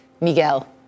Miguel